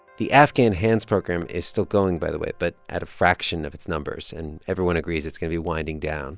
the afghan hands program is still going, by the way, but at a fraction of its numbers, and everyone agrees it's going to be winding down